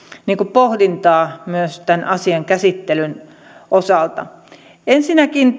pohdintaa myös tämän asian käsittelyn osalta ensinnäkin